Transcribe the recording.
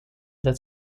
that